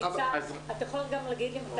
גם אני.